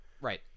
right